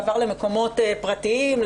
עבר למקומות פרטיים,